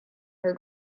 her